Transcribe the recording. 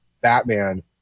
Batman